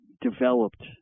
Developed